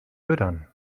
füttern